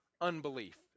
unbelief